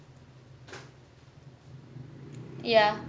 ya